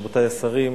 רבותי השרים,